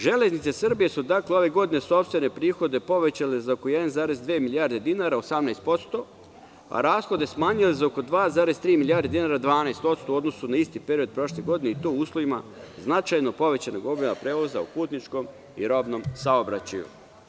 Železnice Srbije su dakle, ove godine, sopstvene prihode povećale za oko 1,2 milijarde dinara, 18% a rashode smanjile za oko 2,3 milijarde dinara, 12% u odnosu na isti period prošle godine, i to u uslovima značajnog obima povećanja prevoza u putničkom i robnom saobraćaju.